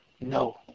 no